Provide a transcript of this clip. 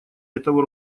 этого